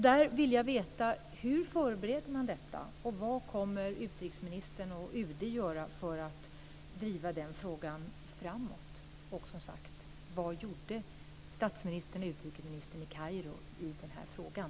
Jag vill veta hur man förbereder detta. Vad kommer utrikesministern och UD att göra för att driva den frågan framåt? Och, som sagt, vad gjorde statsministern och utrikesministern i Kairo i den här frågan?